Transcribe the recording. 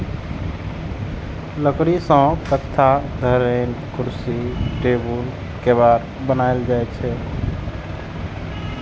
लकड़ी सं तख्ता, धरेन, कुर्सी, टेबुल, केबाड़ बनाएल जाइ छै